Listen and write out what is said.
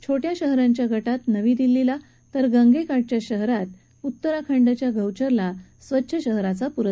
छोट्या शहरांच्या गटात नवी दिल्लीला तर गंगेकाठच्या शहरात उत्तराखंडच्या गौचरला स्वच्छ शहराचा प्रस्कार मिळाला